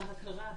בהגדרה,